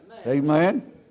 Amen